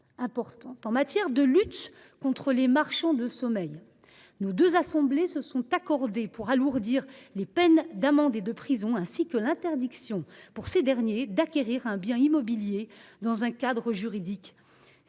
En matière de lutte contre les marchands de sommeil, nos deux assemblées se sont accordées pour alourdir les peines d’amende et de prison, et pour interdire à ces derniers d’acquérir un bien immobilier dans un cadre juridique